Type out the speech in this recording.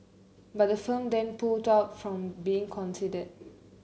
but the firm then pulled out from being considered